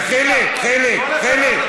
כל הכבוד, אדוני.